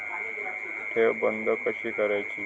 ठेव बंद कशी करायची?